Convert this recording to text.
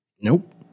Nope